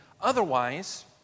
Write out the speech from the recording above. Otherwise